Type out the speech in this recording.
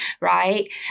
right